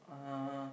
uh